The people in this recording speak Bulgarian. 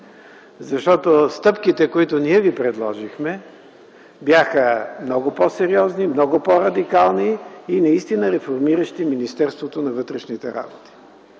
защото стъпките, които ние ви предложихме, бяха много по-сериозни, много по-радикални и наистина реформиращи Министерството на вътрешните работи.